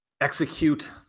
execute